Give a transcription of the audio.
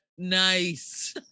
Nice